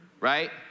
right